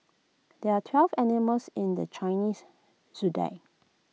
there are twelve animals in the Chinese Zodiac